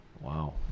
Wow